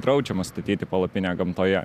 draudžiama statyti palapinę gamtoje